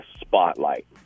spotlight